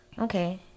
Okay